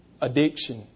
addiction